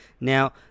Now